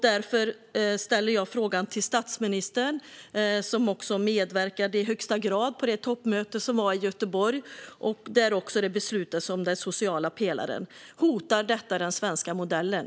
Därför frågar jag statsministern, som också i högsta grad medverkade på det toppmöte som hölls i Göteborg där det fattades beslut om den sociala pelaren: Hotar den sociala pelaren den svenska modellen?